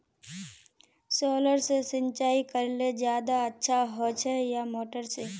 Solar से सिंचाई करले ज्यादा अच्छा होचे या मोटर से?